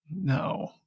no